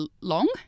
long